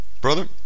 Brother